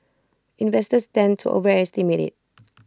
investors tend to overestimate IT